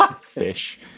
Fish